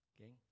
Okay